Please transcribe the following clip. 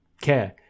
care